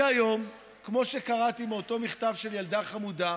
כי היום, כמו שקראתי מאותו מכתב של ילדה חמודה,